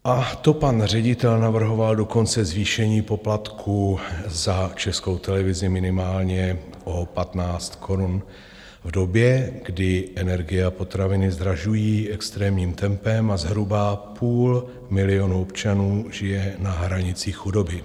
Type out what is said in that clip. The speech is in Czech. A to pan ředitel navrhoval dokonce zvýšení poplatků za Českou televizi minimálně o 15 korun v době, kdy energie a potraviny zdražují extrémním tempem a zhruba půl milionu občanů žije na hranici chudoby.